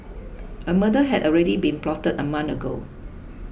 a murder had already been plotted a month ago